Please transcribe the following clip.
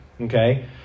Okay